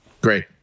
Great